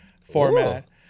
format